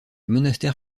monastère